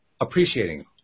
appreciating